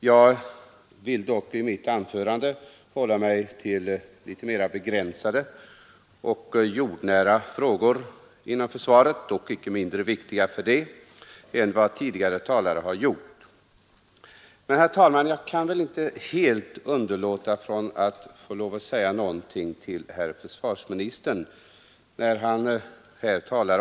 Jag hade tänkt att i mitt anförande hålla mig till litet mera begränsade och jordnära frågor inom försvaret, dock inte mindre viktiga för det, än vad tidigare talare har gjort, men jag kan inte helt underlåta att säga någonting till herr försvarsministern, som tala.